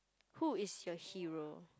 who is your hero